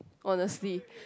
honestly